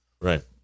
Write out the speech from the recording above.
Right